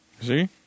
See